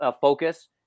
focus